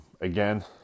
again